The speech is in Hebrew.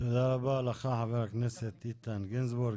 תודה רבה לך, חבר הכנסת איתן גינזבורג.